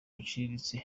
buciriritse